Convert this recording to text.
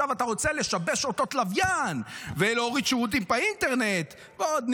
אתה רוצה לשבש אותות לוויין ולהוריד שירותים באינטרנט ועוד,